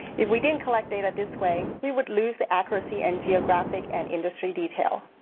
if we didn't collect data this way, we would lose the accuracy and geographic and industry detail.